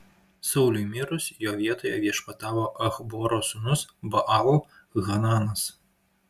sauliui mirus jo vietoje viešpatavo achboro sūnus baal hananas